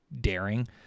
daring